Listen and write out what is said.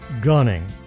gunning